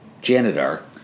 janitor